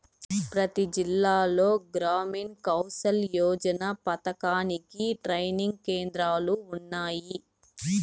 ప్రతి జిల్లాలో గ్రామీణ్ కౌసల్ యోజన పథకానికి ట్రైనింగ్ కేంద్రాలు ఉన్నాయి